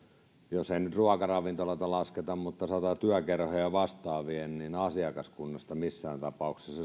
jos ei nyt ruokaravintoloita lasketa mutta sanotaan että etenkään yökerhojen ja vastaavien asiakaskunnasta missään tapauksessa